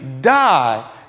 die